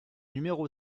numéro